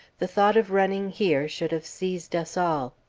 the thought of running here should have seized us all.